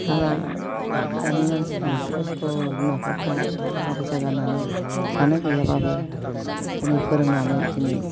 हाबाब दानि मानसिफ्रा खस्थ' बिमा बिफाफ्रा थाखा फैसा गारनानै जानो गैयाबाबो दिनै फोरोंनानै दिनै